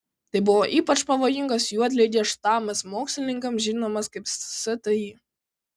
tai buvo ypač pavojingas juodligės štamas mokslininkams žinomas kaip sti